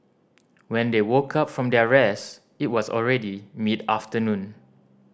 when they woke up from their rest it was already mid afternoon